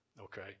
Okay